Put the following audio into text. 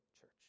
church